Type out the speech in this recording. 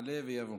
יעלה ויבוא.